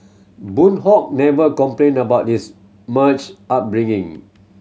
Boon Hock never complained about this much upbringing